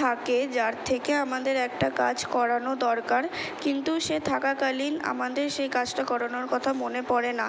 থাকে যার থেকে আমাদের একটা কাজ করানো দরকার কিন্তু সে থাকাকালীন আমাদের সেই কাজটা করানোর কথা মনে পড়ে না